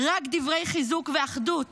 רק דברי חיזוק ואחדות